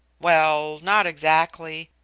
well, not exactly.